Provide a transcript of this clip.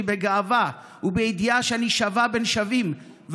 בגאווה ובידיעה שאני שווה בין שווים,